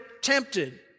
tempted